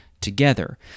together